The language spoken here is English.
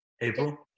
April